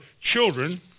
children